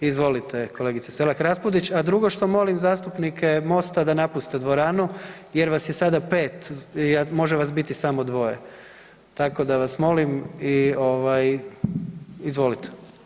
Izvolite kolegice Selak Raspudić, a drugo što molim zastupnike MOST-a da napuste dvoranu jer vas je sada 5, može vas biti samo 2, tako da vas molim i ovaj, izvolite.